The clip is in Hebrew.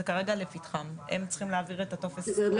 זה כרגע לפתחם של המוסד לביטוח